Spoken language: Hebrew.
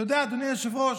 אתה יודע, אדוני היושב-ראש,